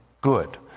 good